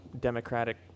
democratic